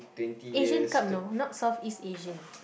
Asian Cup you know not Southeast Asian